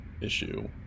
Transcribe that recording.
issue